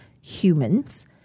humans